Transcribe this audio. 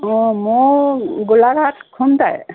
অঁ মই গোলাঘাট খুমটাই